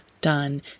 done